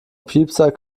piepser